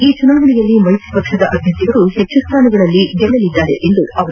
ಈ ಚುನಾವಣೆಯಲ್ಲಿ ಮೈತ್ರಿ ಪಕ್ಷದ ಅಭ್ಯರ್ಥಿಗಳು ಹೆಚ್ಚು ಸ್ಥಾನಗಳಲ್ಲಿ ಗೆಲುವು ಸಾಧಿಸಲಿದ್ದಾರೆ ಎಂದರು